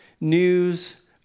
News